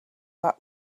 that